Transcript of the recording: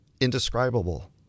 indescribable